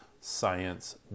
science